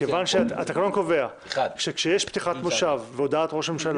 התקנון קובע שכשיש פתיחת מושב והודעת ראש הממשלה,